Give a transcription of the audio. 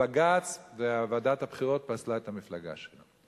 הבג"ץ וועדת הבחירות פסלו את המפלגה שלו.